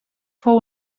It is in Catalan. fou